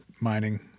mining